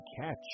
catch